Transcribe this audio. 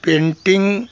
painting